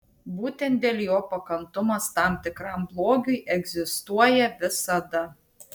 būtent dėl jo pakantumas tam tikram blogiui egzistuoja visada